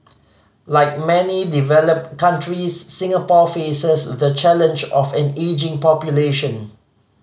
like many developed countries Singapore faces the challenge of an ageing population